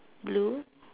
blue